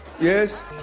yes